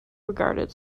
regarded